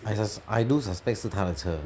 I sus~ I do suspect 是他的车